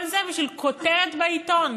כל זה בשביל כותרת בעיתון.